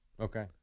Okay